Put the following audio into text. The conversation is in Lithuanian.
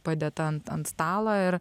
padėta ant ant stalo ir